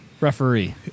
Referee